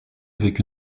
avec